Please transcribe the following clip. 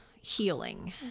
healing